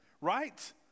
right